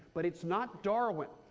but it's not darwin.